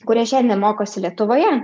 kurie šiandien mokosi lietuvoje